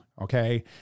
Okay